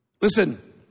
Listen